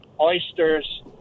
Oysters